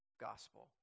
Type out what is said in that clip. gospel